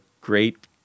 great